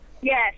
Yes